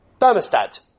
Thermostat